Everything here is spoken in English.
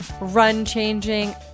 run-changing